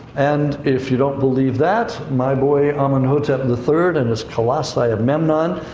and if you don't believe that, my boy, amenhotep the third, and his colossi of memnon,